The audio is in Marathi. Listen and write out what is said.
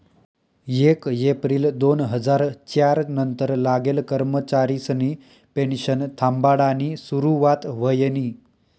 येक येप्रिल दोन हजार च्यार नंतर लागेल कर्मचारिसनी पेनशन थांबाडानी सुरुवात व्हयनी